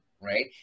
right